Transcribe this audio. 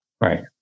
Right